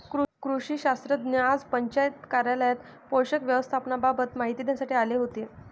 कृषी शास्त्रज्ञ आज पंचायत कार्यालयात पोषक व्यवस्थापनाबाबत माहिती देण्यासाठी आले होते